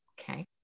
Okay